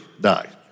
die